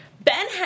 Ben